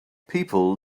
people